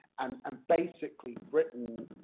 and um basically britain,